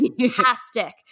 fantastic